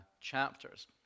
chapters